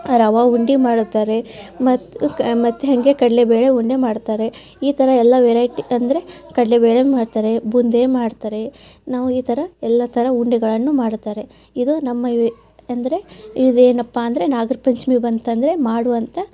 ರವೆ ಉಂಡಿ ಮಾಡುತ್ತಾರೆ ಮತ್ತು ಮತ್ತು ಹಾಗೆ ಕಡಲೇ ಬೇಳೆ ಉಂಡೆ ಮಾಡ್ತಾರೆ ಈ ಥರ ಎಲ್ಲ ವೆರೈಟಿ ಅಂದರೆ ಕಡಲೆ ಬೇಳೆ ಮಾಡ್ತಾರೆ ಬುಂದೆ ಮಾಡ್ತಾರೆ ನಾವು ಈ ಥರ ಎಲ್ಲ ಥರ ಉಂಡೆಗಳನ್ನು ಮಾಡ್ತಾರೆ ಇದು ನಮ್ಮ ಅಂದರೆ ಇದೇನಪ್ಪ ಅಂದರೆ ನಾಗರ ಪಂಚಮಿ ಬಂತೆಂದರೆ ಮಾಡುವಂಥ